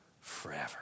forever